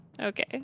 Okay